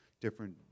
different